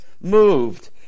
moved